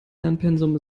lernpensum